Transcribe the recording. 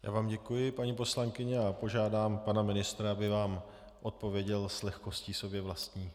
Já vám děkuji, paní poslankyně, a požádám pana ministra, aby vám odpověděl s lehkostí sobě vlastní.